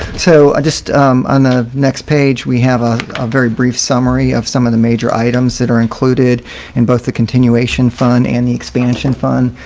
so i just on the next page, we have a ah very brief summary of some of the major items that are included in both the continuation fund and the expansion fund.